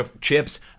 Chips